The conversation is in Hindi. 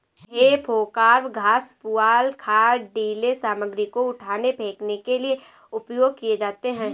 हे फोर्कव घास, पुआल, खाद, ढ़ीले सामग्री को उठाने, फेंकने के लिए उपयोग किए जाते हैं